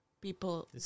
people